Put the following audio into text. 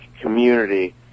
community